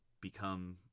become